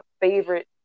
favorite